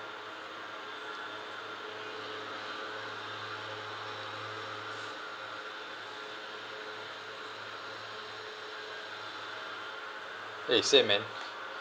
eh same man